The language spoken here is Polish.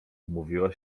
umówiła